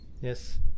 Yes